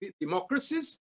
democracies